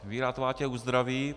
Víra tvá tě uzdraví.